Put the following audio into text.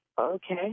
Okay